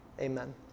Amen